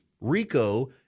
RICO